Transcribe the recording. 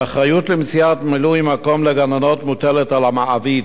האחריות למציאת מילוי מקום לגננות מוטלת על המעביד,